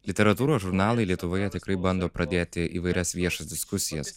literatūros žurnalai lietuvoje tikrai bando pradėti įvairias viešas diskusijas